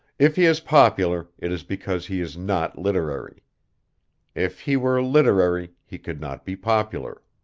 if he is popular, it is because he is not literary if he were literary he could not be popular.